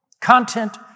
Content